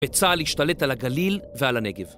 עצה להשתלט על הגליל ועל הנגב